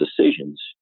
decisions